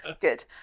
good